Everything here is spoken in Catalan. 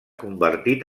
convertit